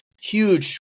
huge